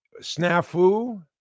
snafu